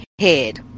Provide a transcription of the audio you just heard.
head